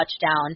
touchdown